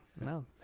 No